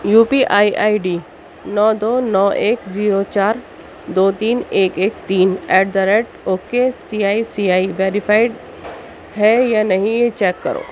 you P I I D نو دو نو ایک زیرو چار دو تین ایک ایک تین at the rate O K C I C I verified ہے یا نہیں یہ چیک کرو